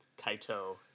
kaito